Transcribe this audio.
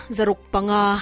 Zarukpanga